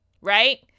right